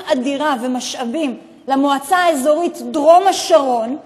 אדירה ומשאבים למועצה האזורית דרום השרון,